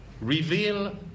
reveal